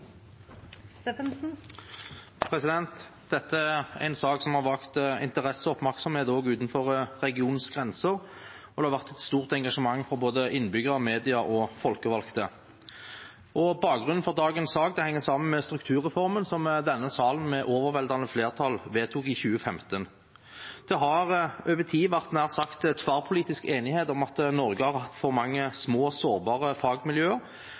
framover? Dette er en sak som har vakt interesse og oppmerksomhet også utenfor regionens grenser, og det har vært et stort engasjement fra både innbyggere, media og folkevalgte. Bakgrunnen for dagens sak henger sammen med strukturreformen, som denne salen med overveldende flertall vedtok i 2015. Det har over tid vært nær sagt tverrpolitisk enighet om at Norge har hatt for mange små, sårbare